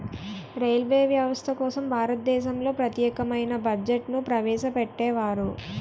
railway వ్యవస్థ కోసం భారతదేశంలో ప్రత్యేకమైన బడ్జెట్ను ప్రవేశపెట్టేవారు